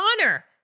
honor